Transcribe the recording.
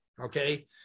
okay